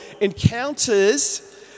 encounters